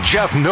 Jeff